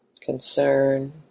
concern